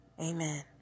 Amen